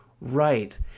Right